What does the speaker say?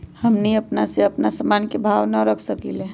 हमनी अपना से अपना सामन के भाव न रख सकींले?